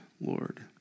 Lord